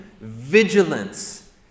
vigilance